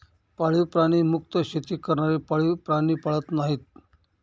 पाळीव प्राणी मुक्त शेती करणारे पाळीव प्राणी पाळत नाहीत